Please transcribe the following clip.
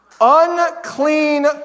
Unclean